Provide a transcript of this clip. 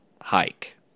hike